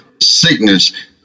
sickness